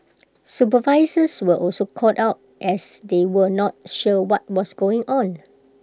supervisors were also caught out as they were not sure what was going on